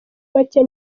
bake